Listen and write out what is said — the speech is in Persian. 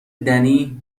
دنی